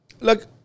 Look